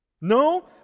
No